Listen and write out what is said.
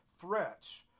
threats